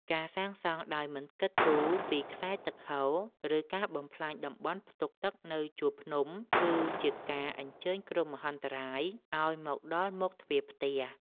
ការសាងសង់ដោយមិនគិតគូរពីខ្សែទឹកហូរ ឬការបំផ្លាញតំបន់ផ្ទុកទឹកនៅជួរភ្នំ គឺជាការអញ្ជើញគ្រោះមហន្តរាយឱ្យមកដល់មុខទ្វារផ្ទះ។